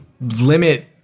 limit